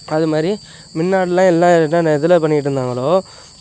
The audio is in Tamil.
அது மாதிரி முன்னாடிலாம் எல்லாம் என்ன எதில் பண்ணிக்கிட்டுருந்தாங்களோ